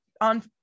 on